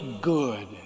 good